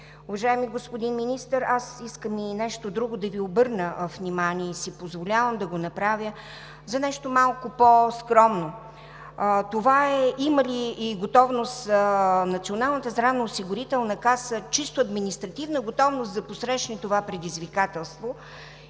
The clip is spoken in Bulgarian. Уважаеми господин Министър, искам и на нещо друго да Ви обърна внимание и си позволявам да го направя – нещо малко по-скромно, а то е: има ли Националната здравноосигурителна каса чисто административна готовност да посрещне това предизвикателство?